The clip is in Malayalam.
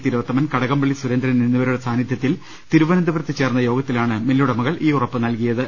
തിലോത്തമൻ കടകംപള്ളി സുരേന്ദ്രൻ എന്നി വരുടെ സാന്നിധ്യത്തിൽ തിരുവനന്തപുരത്ത് ചേർന്ന യോഗത്തിലാണ് മില്ലുടമകൾ ഈ ഉറപ്പുനൽകിയത്